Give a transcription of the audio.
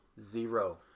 Zero